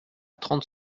trente